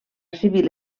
civil